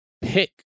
pick